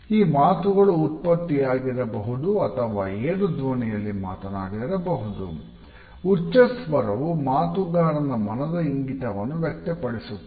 ಈ ಮಾತುಗಳು ಉತ್ಪತ್ತಿಯಾಗಿರಬಹುದು ಅಥವಾ ಏರು ಧ್ವನಿಯಲ್ಲಿ ಮಾತಾಡಿರಬಹುದು ಉಚ್ಚಸ್ವರವು ಮಾತುಗಾರನ ಮನದ ಇಂಗಿತವನ್ನು ವ್ಯಕ್ತಪಡಿಸುತ್ತದೆ